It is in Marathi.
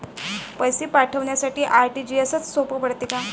पैसे पाठवासाठी आर.टी.जी.एसचं सोप पडते का?